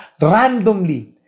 randomly